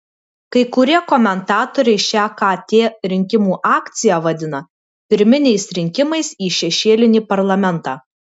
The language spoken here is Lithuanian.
kai kurie komentatoriai šią kt rinkimų akciją vadina pirminiais rinkimais į šešėlinį parlamentą